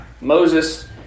Moses